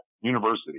University